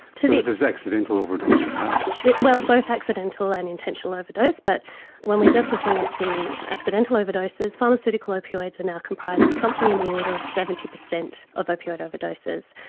this is accidental overdose perhaps? well, both accidental and intentional overdose, but when we're just looking at the accidental overdoses, pharmaceutical opioids are now comprising something in the order of seventy percent of opioid overdoses,